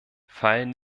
fallen